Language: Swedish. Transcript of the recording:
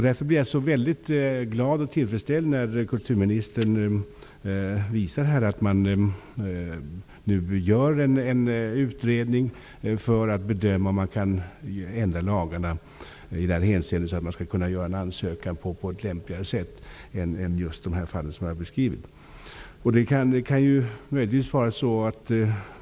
Därför blir jag glad och tillfredsställd när kulturministern säger att det nu görs en utredning för att bedöma om lagarna i det här hänseendet kan ändras, så att ansökningar skall kunna göras på ett lämpligare sätt än så som man har fått göra i det fall som jag har beskrivit.